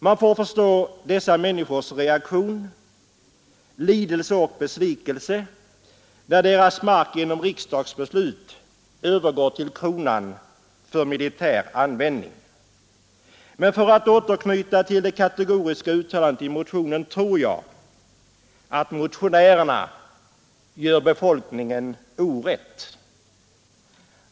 Man får förstå dessa människors reaktion, lidelse och besvikelse när deras mark genom riksdagsbeslut övergår till kronan för militär användning. Men för att återknyta till det kategoriska uttalandet i motionen tror jag att motionärerna gör befolkningen orätt.